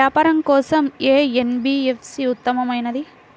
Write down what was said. వ్యాపారం కోసం ఏ ఎన్.బీ.ఎఫ్.సి ఉత్తమమైనది?